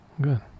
Good